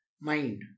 mind